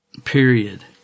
Period